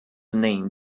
name